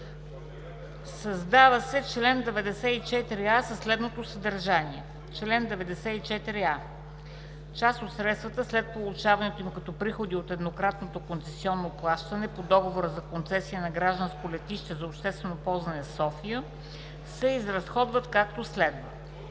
„Създава се чл. 94а със следното съдържание. „Чл. 94а. Част от средствата, след получаването им като приходи от еднократното концесионно плащане по Договора за концесия на „Гражданско летище за обществено ползване София“, се изразходват, както следва: